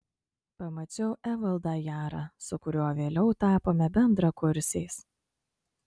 pamačiau evaldą jarą su kuriuo vėliau tapome bendrakursiais